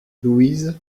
louise